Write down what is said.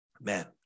Man